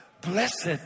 blessed